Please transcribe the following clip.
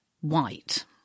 white